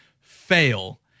fail